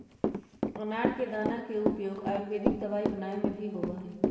अनार के दाना के उपयोग आयुर्वेदिक दवाई बनावे में भी होबा हई